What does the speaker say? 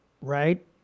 Right